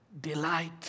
delight